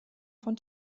von